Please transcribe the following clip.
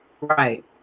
Right